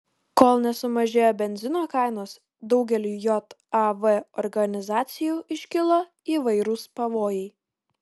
kol nesumažėjo benzino kainos daugeliui jav organizacijų iškilo įvairūs pavojai